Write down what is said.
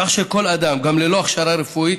כך שכל אדם, גם ללא הכשרה רפואית,